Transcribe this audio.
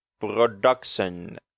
production